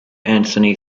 anthony